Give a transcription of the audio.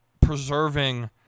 preserving